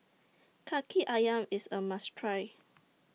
Kaki Ayam IS A must Try